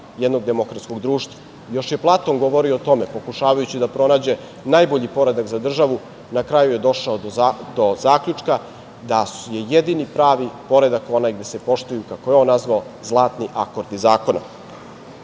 jednog demokratskog društva. Još je Platon govorio o tome, pokušavajući da pronađe najbolji poredak za državu, na kraju je došao do zaključka da je jedini pravi poredak onaj gde se poštuju, kako je on nazvao, zlatni akordi zakona.U